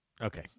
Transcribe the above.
Okay